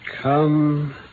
Come